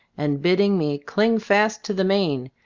and bidding me cling fast to the mane,